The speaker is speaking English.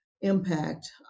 impact